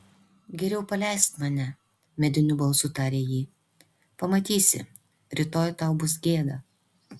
geriau paleisk mane mediniu balsu tarė ji pamatysi rytoj tau bus gėda